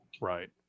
Right